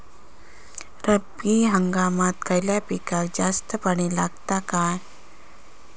रब्बी हंगामात खयल्या पिकाक जास्त पाणी लागता काय?